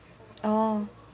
oh